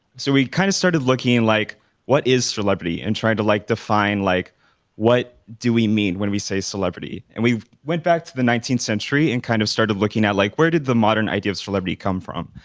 so we kind of started looking like what is celebrity? and trying to like define like what do we mean when we say celebrity? and we went back to the nineteenth century and kind of started looking at, like where did the modern idea of celebrity come from?